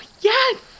yes